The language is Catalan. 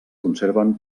conserven